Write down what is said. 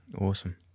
Awesome